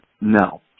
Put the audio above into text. No